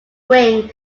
wing